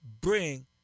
bring